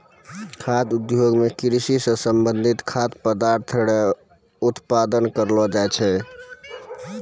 खाद्य उद्योग मे कृषि से संबंधित खाद्य पदार्थ रो उत्पादन करलो जाय छै